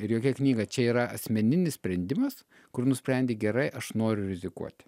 ir jokia knyga čia yra asmeninis sprendimas kur nusprendi gerai aš noriu rizikuoti